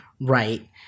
Right